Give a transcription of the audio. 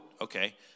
Okay